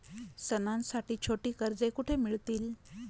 सणांसाठी छोटी कर्जे कुठे मिळतील?